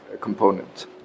component